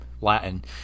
latin